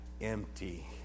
empty